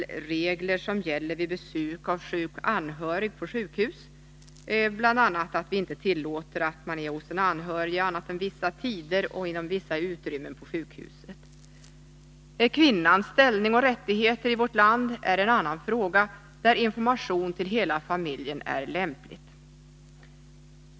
de regler som gäller vid besök hos sjuk anhörig på sjukhus — bl.a. att vi inte tillåter att man är hos den anhörige annat än vissa tider och inom vissa utrymmen på sjukhuset. Kvinnans ställning och rättigheter i vårt land är ett annat område där det är lämpligt med information till hela familjen.